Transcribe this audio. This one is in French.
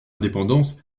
indépendance